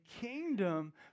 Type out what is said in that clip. kingdom